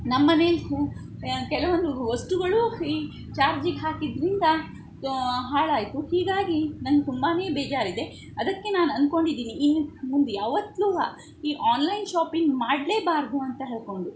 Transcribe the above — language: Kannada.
ನಮ್ಮಮನೆ ಹೂ ಕೆಲವೊಂದು ವಸ್ತುಗಳೂ ಈ ಚಾರ್ಜಿಗೆ ಹಾಕಿದ್ರಿಂದ ಹಾಳಾಯಿತು ಹೀಗಾಗಿ ನಂಗೆ ತುಂಬಾ ಬೇಜಾರಿದೆ ಅದಕ್ಕೆ ನಾನು ಅನ್ಕೊಂಡಿದೀನಿ ಇನ್ನು ಮುಂದೆ ಯಾವತ್ತು ಈ ಆನ್ಲೈನ್ ಶಾಪಿಂಗ್ ಮಾಡಲೇಬಾರ್ದು ಅಂತ ಹೇಳ್ಕೊಂಡು